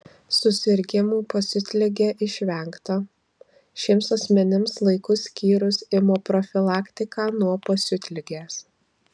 susirgimų pasiutlige išvengta šiems asmenims laiku skyrus imunoprofilaktiką nuo pasiutligės